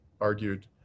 argued